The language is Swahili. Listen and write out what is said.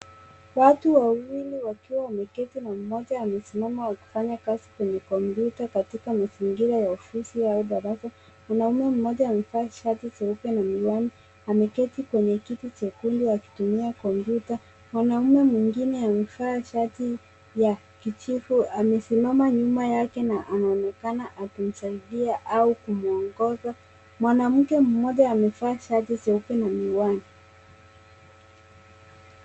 Watu wawili wakiwa wameketi na mmoja amesimama wakifanya kazi kwenye kompyuta katika mazingira ya ofisi au darasa. Mwanamume mmoja amevaa tishati jeupe na miwani, ameketi kwenye kiti chekundu akitumia kompyuta. Mwanamume mwingine amevaa shati ya kijivu, amesimama nyuma yake na anaonekana akimsaidia au kumwongoza. Mwanamke mmoja amevaa tishati jeupe na miwani.